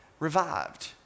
Revived